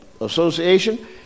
Association